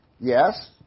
Yes